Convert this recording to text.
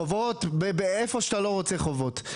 חובות איפה שאתה לא רוצה חובות.